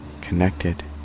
Connected